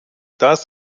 das